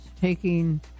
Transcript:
taking